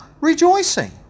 rejoicing